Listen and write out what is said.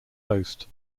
host